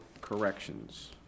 corrections